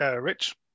Rich